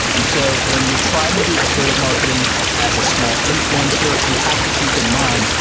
and so when you're trying to do affiliate marketing as a small influencer, you have to keep in mind,